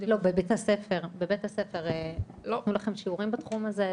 נתנו לכם שיעורים בתחום הזה?